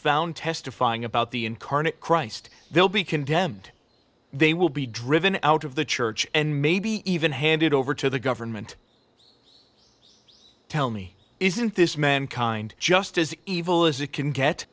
found testifying about the incarnate christ they'll be condemned they will be driven out of the church and maybe even handed over to the government tell me isn't this mankind just as evil as it can get